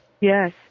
Yes